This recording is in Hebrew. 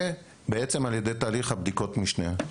ועל ידי תהליך בדיקות משנה.